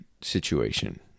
situation